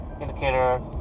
indicator